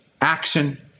action